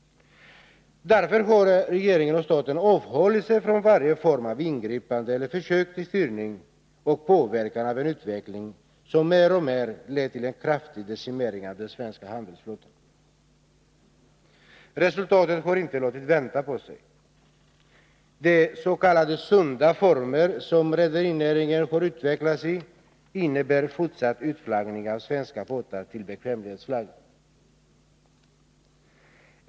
Därför har regeringen och staten avhållit sig från varje form av ingripande eller försök till styrning och påverkan av en utveckling som mer och mer lett till en kraftig decimering av den svenska handelsflottan. Resultatet har inte låtit vänta på sig. De s.k. sunda former som rederinäringen har utvecklats i innebär fortsatt utflaggning av svenska båtar till bekvämlighetsflagg.